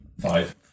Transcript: Five